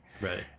Right